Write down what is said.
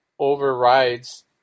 overrides